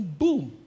boom